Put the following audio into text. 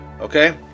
Okay